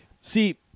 See